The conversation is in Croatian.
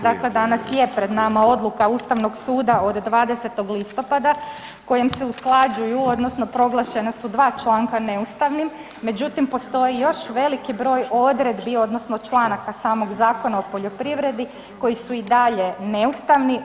Dakle, danas je pred nama odluka Ustavnog suda od 20. listopada kojom se usklađuju odnosno proglašena su dva članka neustavnim, međutim postoji još veliki broj odredbi odnosno članaka samog Zakona o poljoprivredi koji su i dalje neustavni.